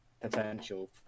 potential